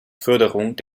förderung